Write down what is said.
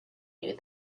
you